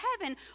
heaven